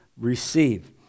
receive